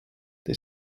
der